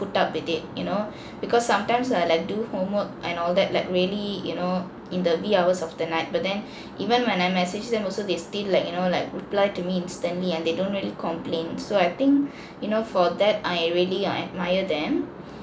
put up with it you know because sometimes I like do homework and all that like really you know in the wee hours of the night but then even when I message them also they still like you know like reply to me instantly and they don't really complain so I think you know for that I really err admire them